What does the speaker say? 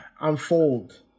unfold